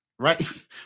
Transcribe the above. Right